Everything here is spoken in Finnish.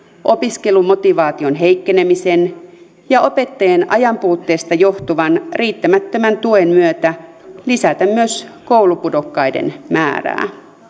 opiskelumotivaation heikkenemisen ja opettajien ajanpuutteesta johtuvan riittämättömän tuen myötä lisätä myös koulupudokkaiden määrää